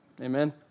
Amen